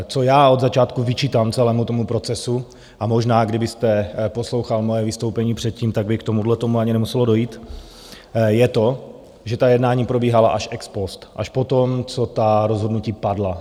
Co já od začátku vyčítám celému tomu procesu, a možná, kdybyste poslouchal moje vystoupení předtím, tak by k tomuhle ani nemuselo dojít, je to, že ta jednání probíhala až ex post, až potom, co ta rozhodnutí padla.